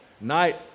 Night